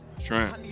Shrimp